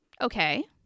Okay